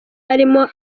harimo